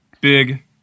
Big